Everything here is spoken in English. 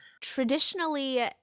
Traditionally